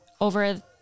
over